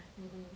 mm